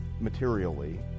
Materially